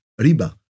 riba